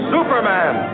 Superman